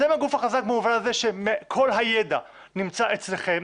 אתם הגוף החזק במובן הזה שכל הידע נמצא אצלכם.